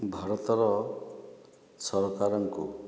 ଭାରତର ସରକାରଙ୍କୁ